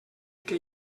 que